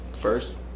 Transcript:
first